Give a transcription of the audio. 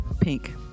Pink